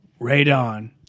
radon